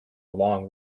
long